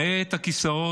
ראה את הכיסאות,